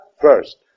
first